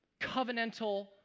covenantal